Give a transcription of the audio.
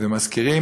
מזכירים